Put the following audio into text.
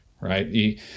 right